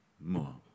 more